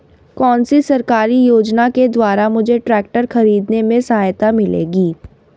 कौनसी सरकारी योजना के द्वारा मुझे ट्रैक्टर खरीदने में सहायता मिलेगी?